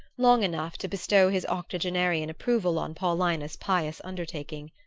long enough to bestow his octogenarian approval on paulina's pious undertaking.